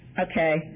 Okay